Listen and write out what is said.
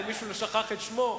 אם מישהו שכח את שמו,